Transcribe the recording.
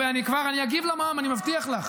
אני אגיב על המע"מ, אני מבטיח לך.